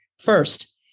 First